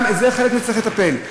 גם בזה צריך לטפל.